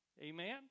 Amen